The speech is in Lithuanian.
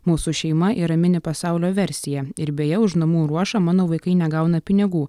mūsų šeima yra mini pasaulio versija ir beje už namų ruošą mano vaikai negauna pinigų